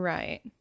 Right